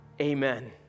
Amen